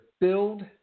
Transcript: build